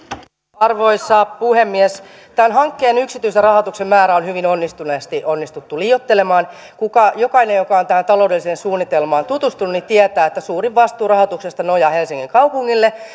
arvoisa puhemies tämän hankkeen yksityisen rahoituksen määrää on hyvin onnistuneesti onnistuttu liioittelemaan jokainen joka on tähän taloudelliseen suunnitelmaan tutustunut tietää että suurin vastuu rahoituksesta nojaa helsingin kaupunkiin